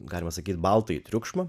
galima sakyt baltąjį triukšmą